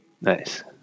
Nice